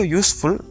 useful